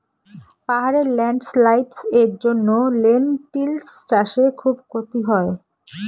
পাহাড়ে ল্যান্ডস্লাইডস্ এর জন্য লেনটিল্স চাষে খুব ক্ষতি হয়